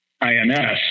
INS